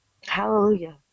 Hallelujah